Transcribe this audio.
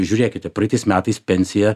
žiūrėkite praeitais metais pensija